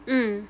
mm